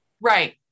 Right